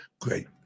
Great